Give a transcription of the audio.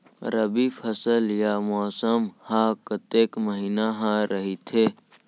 रबि फसल या मौसम हा कतेक महिना हा रहिथे?